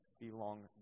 belong